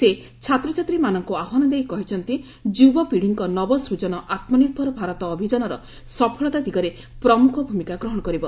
ସେ ଛାତ୍ରଛାତ୍ରୀମାନଙ୍କୁ ଆହ୍ୱାନ ଦେଇ କହିଛନ୍ତି ଯୁବପିଢ଼ୀଙ୍କ ନବସ୍କଜନ ଆତ୍ମନିର୍ଭର ଭାରତ ଅଭିଯାନର ସଫଳତା ଦିଗରେ ପ୍ରମୁଖ ଭୂମିକା ଗ୍ରହଣ କରିବ